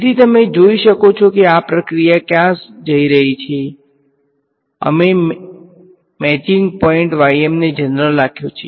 તેથી તમે જોઈ શકો છો કે આ પ્રક્રિયા ક્યાં જઈ રહી છે અહીં મેં મેચિંગ પોઈન્ટ ને જનરલ રાખ્યો છે